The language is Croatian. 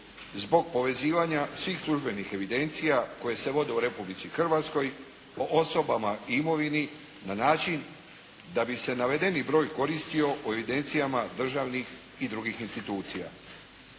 zbog povezivanja svih službenih evidencija koje se vode u Republici Hrvatskoj o osobama i imovini na način d bi se navedeni broj koristio u evidencijama državnih i drugih institucija.